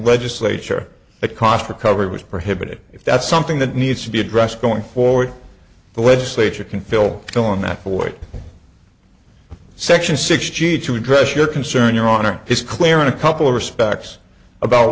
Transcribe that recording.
legislature that cost recovery which prohibited if that's something that needs to be addressed going forward the legislature can fill filling that void section sixty to address your concern your honor is clear in a couple of respects about